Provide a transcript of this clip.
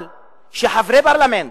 אבל שחברי פרלמנט,